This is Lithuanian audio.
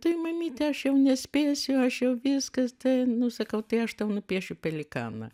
tai mamyte aš jau nespėsiu aš jau viskas tai nu sakau tai aš tau nupiešiu pelikaną